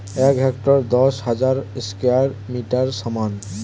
এক হেক্টার দশ হাজার স্কয়ার মিটারের সমান